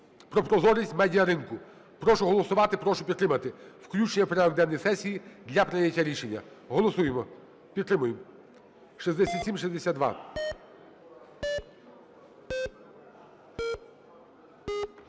Про прозорість медіаринку. Прошу голосувати, прошу підтримати включення в порядок денний сесії для прийняття рішення. Голосуємо, підтримуємо 6762.